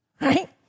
right